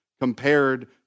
compared